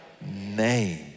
name